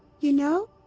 you know,